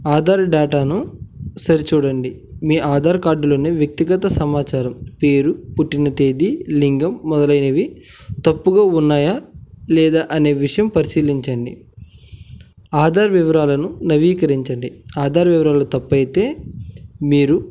ఆధార్ డేటాను సరిచూడండి మీ ఆధార్ కార్డులోని వ్యక్తిగత సమాచారం పేరు పుట్టిన తేదీ లింగం మొదలైనవి తప్పుగా ఉన్నాయా లేదా అనే విషయం పరిశీలించండి ఆధార్ వివరాలను నవీకరించండి ఆధార్ వివరాలు తప్పు అయితే మీరు